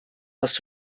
hast